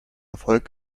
erfolg